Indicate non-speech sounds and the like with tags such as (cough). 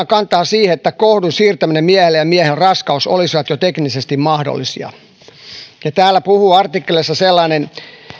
(unintelligible) kantaa siihen että kohdun siirtäminen miehelle ja miehen raskaus olisivat jo teknisesti mahdollisia täällä artikkelissa puhuu sellainen